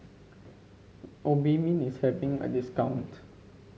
obimin is having a discount